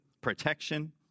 protection